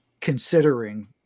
considering